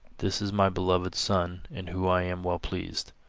this is my beloved son, in whom i am well pleased.